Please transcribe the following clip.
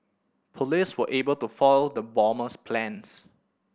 police were able to foil the bomber's plans